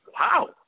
Wow